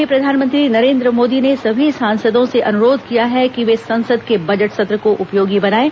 वहीं प्रधानमंत्री नरेन्द्र मोदी ने सभी सांसदों से अनुरोध किया है कि वे संसद के बजट सत्र को उपयोगी बनायें